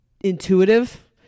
intuitive